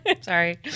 Sorry